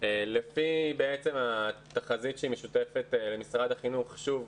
לפי תחזית משותפת למשרד החינוך, שוב,